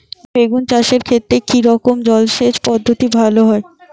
বেগুন চাষের ক্ষেত্রে কি রকমের জলসেচ পদ্ধতি ভালো হয়?